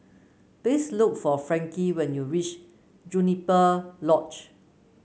please look for Frankie when you reach Juniper Lodge